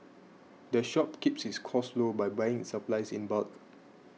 the shop keeps its costs low by buying its supplies in bulk